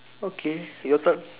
okay your turn